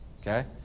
Okay